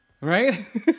Right